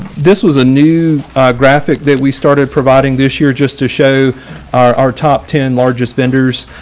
this was a new graphic that we started providing this year just to show our our top ten largest vendors,